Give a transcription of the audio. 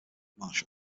marshal